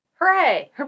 Hooray